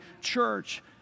church